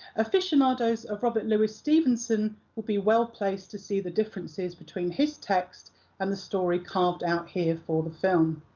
aficionados of robert louis stevenson will be well-placed to see the differences between his text and the story carved out here for the film.